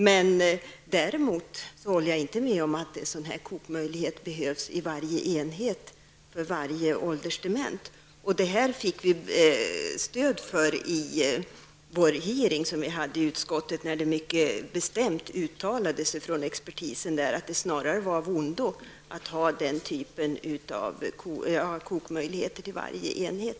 Men jag håller inte med om att det behövs en kokmöjlighet i varje enhet, för varje åldersdement. Det här fick vi stöd för vid vår utskottsutfrågning. Då uttalades det mycket bestämt av expertisen att det snarare är av ondo att ha kokmöjlighet inom varje enhet.